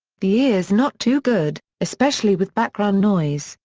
the ear's not too good, especially with background noise,